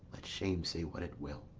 let shame say what it will